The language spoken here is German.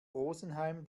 rosenheim